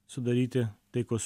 sudaryti taikos